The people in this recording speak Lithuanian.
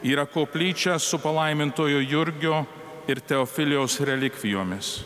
yra koplyčia su palaimintojo jurgio ir teofilijaus relikvijomis